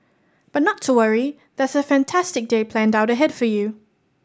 but not to worry there's a fantastic day planned out ahead for you